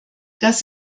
das